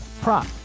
prop